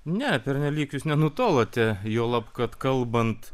ne pernelyg jūs nenutolote juolab kad kalbant